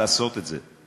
לעשות את זה.